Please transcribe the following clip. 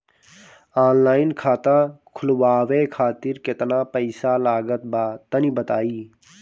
Online खाता खूलवावे खातिर केतना पईसा लागत बा तनि बताईं?